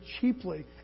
cheaply